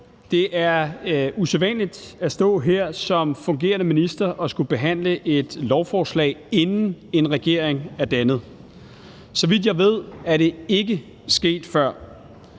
Det er usædvanligt at stå her som fungerende minister og skulle behandle et lovforslag, inden en regering er dannet. Så vidt jeg ved, er det ikke sket før.